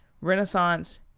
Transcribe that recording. Renaissance